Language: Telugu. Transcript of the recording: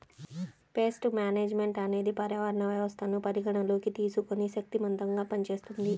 పేస్ట్ మేనేజ్మెంట్ అనేది పర్యావరణ వ్యవస్థను పరిగణలోకి తీసుకొని శక్తిమంతంగా పనిచేస్తుంది